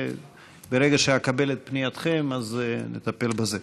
ברגע שאקבל את פנייתכם, אז נטפל בזה.